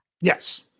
Yes